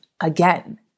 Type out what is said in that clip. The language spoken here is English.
again